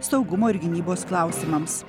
saugumo ir gynybos klausimams